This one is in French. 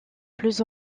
plus